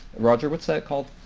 roger, what's that called?